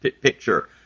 picture